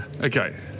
Okay